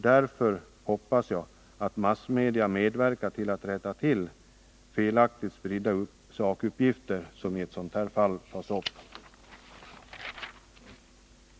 Därför hoppas jag att massmedia medverkar till att rätta till felaktiga sakuppgifter som i ett sådant här fall har fått spridning.